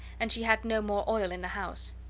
and she had no more oil in the house.